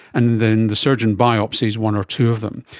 and then the surgeon biopsies one or two of them.